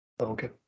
okay